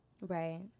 Right